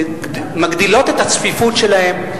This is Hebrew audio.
מגדילות את הצפיפות שלהן.